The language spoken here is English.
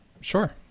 Sure